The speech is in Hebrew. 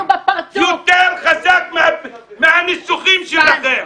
יותר חזק מהניסוחים שלכם.